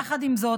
יחד עם זאת,